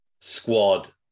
squad